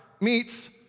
meets